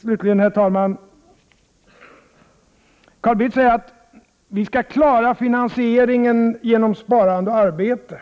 Slutligen vill jag säga något till Carl Bildt. Han säger att moderaterna skall klara finansieringen av sin skattesänkning genom sparande och arbete.